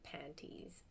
panties